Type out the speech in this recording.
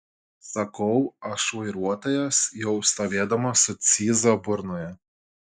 sakau aš vairuotojas jau stovėdamas su cyza burnoje